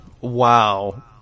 Wow